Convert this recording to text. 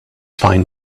fine